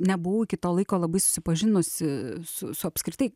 nebuvau iki to laiko labai susipažinusi su su apskritai